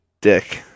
Dick